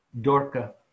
Dorca